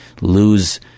lose